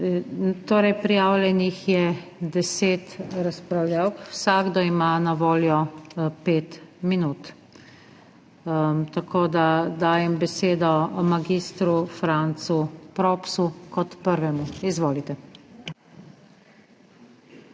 Torej prijavljenih je 10 razpravljavk, vsakdo ima na voljo 5 minut. Tako, da dajem besedo mag. Francu Propsu kot prvemu, izvolite.